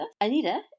Anita